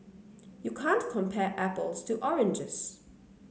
you can't compare apples to oranges